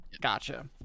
gotcha